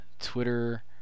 Twitter